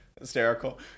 hysterical